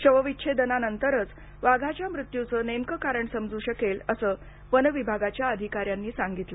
शव विच्छेदना नंतरच वाघाच्या मृत्यूचं नेमकं कारण समजू शकेल असं वनविभागाच्या अधिकाऱ्यांनी सांगितलं